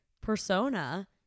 persona